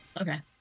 Okay